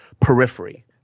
periphery